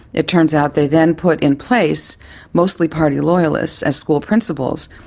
it turns out they then put in place mostly party loyalists as school principals,